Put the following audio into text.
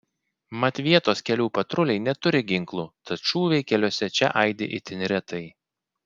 mat vietos kelių patruliai neturi ginklų tad šūviai keliuose čia aidi itin retai